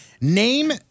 Name